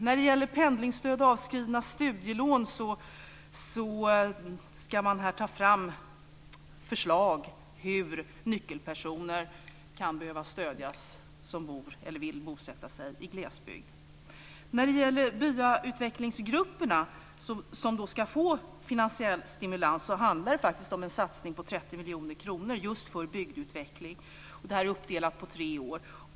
När det gäller penningstöd och avskrivna studielån ska förslag tas fram om stöd till nyckelpersoner som bor eller vill bosätta sig i glesbygd. När det gäller byautvecklingsgrupperna, som ska få finansiell stimulans, handlar det faktiskt om en satsning på 30 miljoner kronor just för bygdeutveckling uppdelat på tre år.